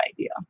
idea